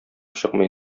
чыкмый